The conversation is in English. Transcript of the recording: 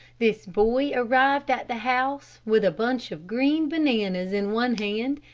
this boy arrived at the house with a bunch of green bananas in one hand,